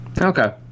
okay